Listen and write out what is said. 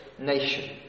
nation